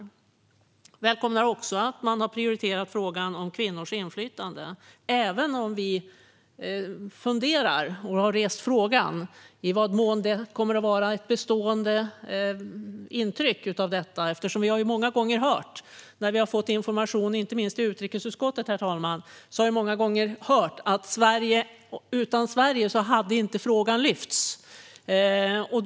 Vi välkomnar också att man har prioriterat frågan om kvinnors inflytande, även om vi funderar över och har rest frågan om i vad mån det kommer att vara ett bestående intryck. Inte minst när vi har fått information i utrikesutskottet har vi många gånger hört att utan Sverige hade inte frågan lyfts upp.